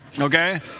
Okay